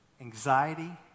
anxiety